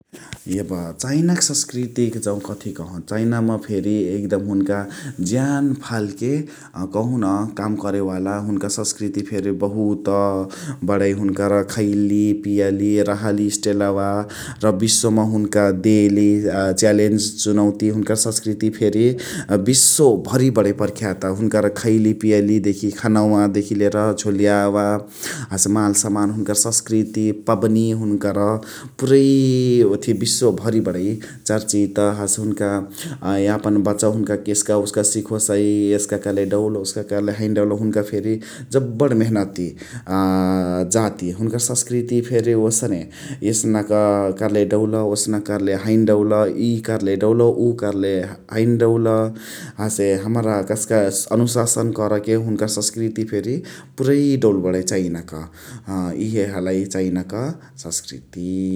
यब चाइनाक संस्कृतिक जौ कथि कहु? चैनामा फेरि एकदम हुनका ज्यान फालके कहुन काम करेवाला हुनका सभ संस्कृति फेरि बहुत बणइ । हुनकर खैली, पियली, रहली स्टाइलवा र विश्वमा हुन्का देली च्यालेन्ज चुनौती हुनकर संस्कृति फेरि विश्वभरि बणइ प्रख्यात् । हुनकर खैली पियली देखि खानवा देखि लिएर झोलियावा, हसे मान सम्मान हुनकर संसकृति पवनी हुनकर पुरै ओथिया विश्वभर बडइ चर्चित । हसे हुनका बचवा हुन्काके यस्का ओस्का सिखोसइ । यस्का कैले डउल ओस्का कैले हैन डउल हुन्का फेरि जबड मेहनती जाति । हुनकर संस्कृति फेरि ओसने । यसनक कर्ले डउल ओसनक कर्ले हैन डइल, इय कर्ले ठिक उअ कर्ले हैन डउल हसे हमरा कस्का अनुशासन करके हुनुकर संस्कृति फेरि पुरइ डउल बणइ चाइनाक । इहे हलइ चाइनाक संस्कृति ।